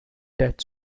that